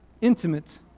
intimate